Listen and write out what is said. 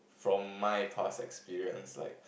from my past experience like